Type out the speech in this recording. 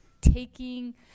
taking